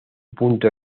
punto